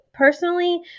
Personally